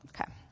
Okay